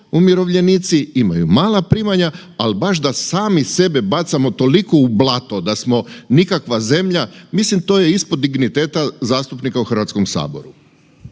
umirovljenici imaju mala primanja, al baš da sami sebe bacamo toliko u blato da smo nikakva zemlja, mislim to je ispod digniteta zastupnika u Hrvatskom saboru.